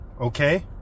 okay